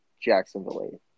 Jacksonville